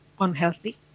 unhealthy